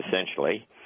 essentially